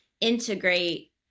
integrate